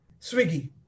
Swiggy